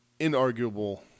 inarguable